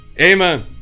Amen